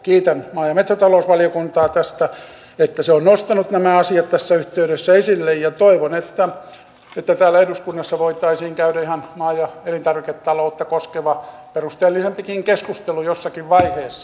kiitän maa ja metsätalousvaliokuntaa tästä että se on nostanut nämä asiat tässä yhteydessä esille ja toivon että täällä eduskunnassa voitaisiin käydä maa ja elintarviketaloutta koskeva perusteellisempikin keskustelu jossakin vaiheessa